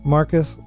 Marcus